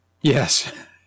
Yes